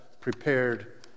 prepared